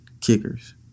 kickers